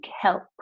help